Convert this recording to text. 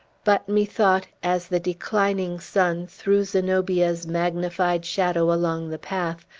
but, methought, as the declining sun threw zenobia's magnified shadow along the path,